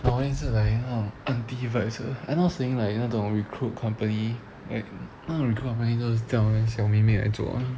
roanne 是 like 那种 aunty vibes 的 I not saying like 那种 recruit company like 那种 recruit company 都是叫那种小妹妹来做